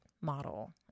model